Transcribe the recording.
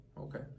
Okay